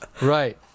right